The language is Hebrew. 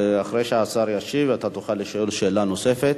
אחרי שהשר ישיב, אתה תוכל לשאול שאלה נוספת.